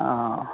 हँ